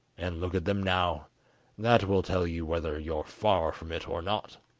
and look at them now that will tell you whether you are far from it or not